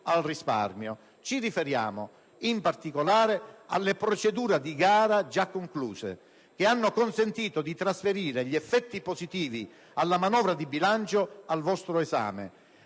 al risparmio. Ci riferiamo, in particolare, alle procedure di gara già concluse, che hanno consentito di trasferirne gli effetti positivi alla manovra di bilancio al vostro esame